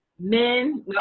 Men